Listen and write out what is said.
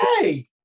hey